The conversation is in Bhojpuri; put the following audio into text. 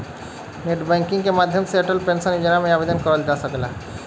नेटबैंकिग के माध्यम से अटल पेंशन योजना में आवेदन करल जा सकला